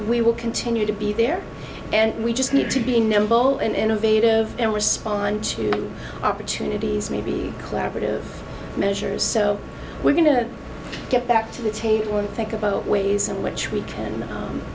we will continue to be there and we just need to be in the bowl and innovative and respond to opportunities may be collaborative measures so we're going to get back to the table and think about ways in which we can